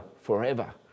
forever